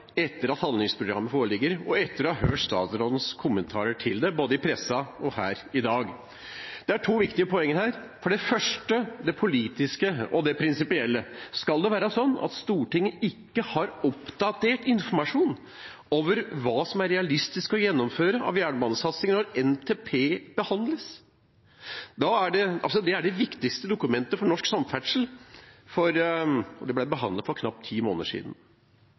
etter at handlingsprogrammet forelå, og etter å ha hørt statsrådens kommentarer til det, både i pressen og her i dag. Det er to viktige poenger her. For det første det politiske og det prinsipielle: Skal det være slik at Stortinget ikke har oppdatert informasjon om hva som er realistisk å gjennomføre av jernbanesatsingen når NTP behandles? Det er det viktigste dokumentet for norsk samferdsel, og det ble behandlet for knapt ti måneder siden.